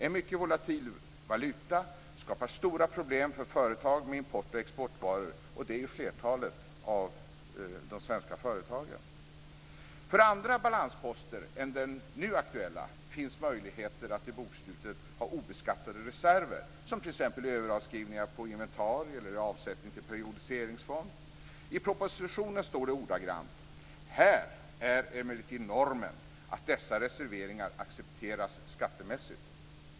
En mycket volatil valuta skapar stora problem för företag med import och exportvaror, och det är ju flertalet av de svenska företagen. För andra balansposter än den nu aktuella finns möjligheter att i bokslutet ha obeskattade reserver som t.ex. överavskrivningar på inventarier eller avsättning till periodiseringsfond. I propositionen står det ordagrannt: "Här är emellertid normen att dessa reserveringar accepteras skattemässigt."